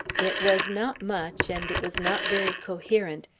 it was not much, and it was not very coherent,